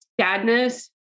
sadness